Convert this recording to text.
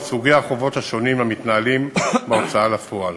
סוגי החובות השונים המתנהלים בהוצאה לפועל.